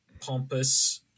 pompous